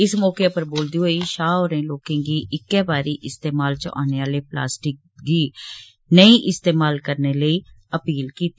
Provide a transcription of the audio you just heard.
इस मौके उप्पर बोलदे होई शाह होरें लोकें गी इक्कै बारी इस्तेमाल च औने आले प्लास्टिक गी नेइ इस्तेमाल करने लेई अपील कीती